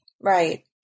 Right